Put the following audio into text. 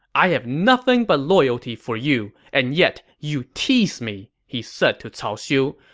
i have nothing but loyalty for you, and yet you tease me, he said to cao xiu.